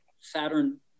Saturn